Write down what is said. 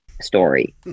story